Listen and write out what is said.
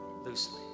loosely